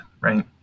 right